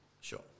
Sure